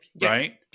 right